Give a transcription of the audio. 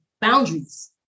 boundaries